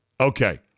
Okay